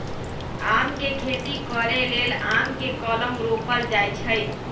आम के खेती करे लेल आम के कलम रोपल जाइ छइ